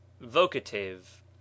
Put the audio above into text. vocative